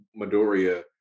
Midoriya